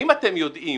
האם אתם יודעים